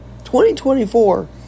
2024